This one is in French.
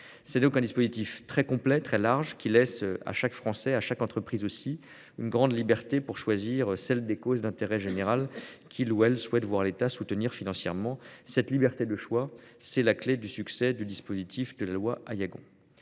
C'est donc un dispositif très complet qui laisse à chaque Français et à chaque entreprise une grande liberté pour choisir celles des causes d'intérêt général qu'il souhaite voir l'État soutenir financièrement. Cette liberté de choix, c'est la clé du succès du dispositif de la loi Aillagon.